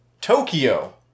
Tokyo